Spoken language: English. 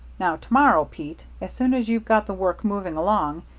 now to-morrow, pete, as soon as you've got the work moving along,